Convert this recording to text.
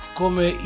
come